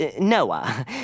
Noah